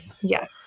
yes